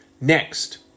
Next